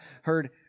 heard